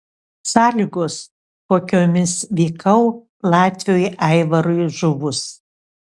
sąlygos kokiomis vykau latviui aivarui žuvus